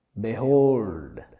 Behold